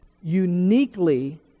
uniquely